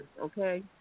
okay